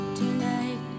tonight